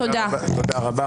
תודה רבה.